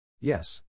Yes